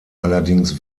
allerdings